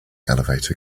elevator